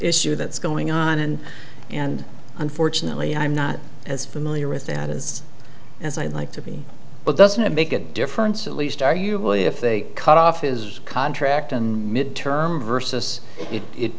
issue that's going on and and unfortunately i'm not as familiar with that is as i'd like to be but doesn't it make a difference at least are you boy if they cut off his contract and mid term versus it